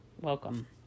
welcome